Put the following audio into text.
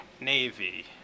Navy